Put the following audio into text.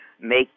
make